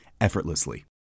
effortlessly